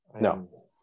No